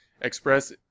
express